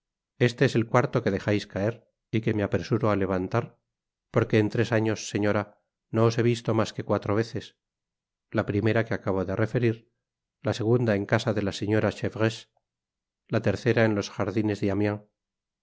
este es el cuarto que dejais caer y que me apresuro á levantar poique en tres años señora no os he visto mas que cuatro veces la primera que acabo de referir la segunda en casa de la señora chevreuse la tercera en los jardines de